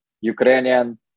Ukrainian